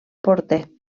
porter